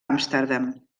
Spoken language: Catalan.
amsterdam